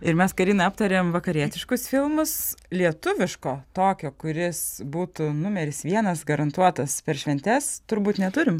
ir mes karina aptarėm vakarietiškus filmus lietuviško tokio kuris būtų numeris vienas garantuotas per šventes turbūt neturim